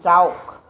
যাওক